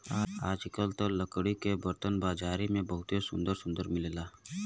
आजकल त लकड़ी के बरतन बाजारी में बहुते सुंदर सुंदर मिलेला